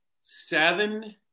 seven